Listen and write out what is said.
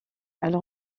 elle